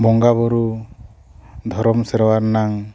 ᱵᱚᱸᱜᱟ ᱵᱳᱨᱳ ᱫᱷᱚᱨᱚᱢ ᱥᱮᱨᱣᱟ ᱨᱮᱱᱟᱝ